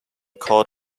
court